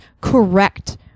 correct